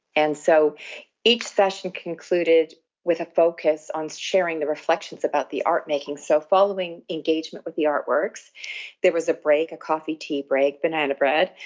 and so each session concluded with a focus on sharing the reflections about the art-making. so, following engagement with the artworks there was a break, a coffee tea break, banana bread,